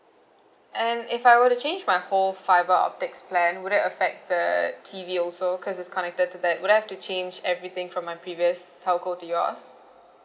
and if I were to change my whole fibre optics plan would that affect the T_V also because it's connected to that would I have to change everything from my previous telco to yours